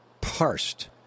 parsed